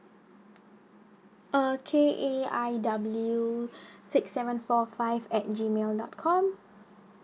err K A I W six seven four five at G mail dot com